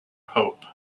hope